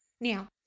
Now